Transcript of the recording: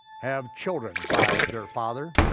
have children by their father.